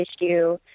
issue